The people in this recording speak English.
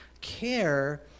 care